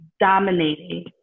dominating